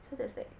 so that's like